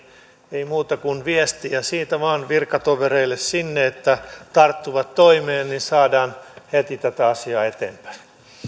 ei muuta kuin viestiä siitä vain virkatovereille sinne että tarttuvat toimeen niin saadaan heti tätä asiaa eteenpäin